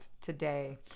today